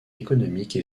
économique